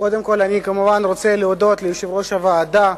קודם כול אני כמובן רוצה להודות ליושב-ראש הוועדה,